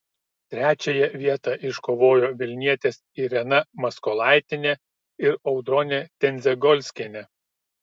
trečiąją vietą iškovojo vilnietės irena maskolaitienė ir audronė tendzegolskienė